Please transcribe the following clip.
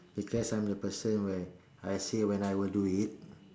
because I am the person where I say when I will do it